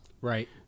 Right